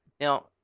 now